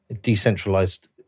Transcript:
decentralized